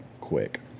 quick